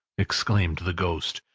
exclaimed the ghost.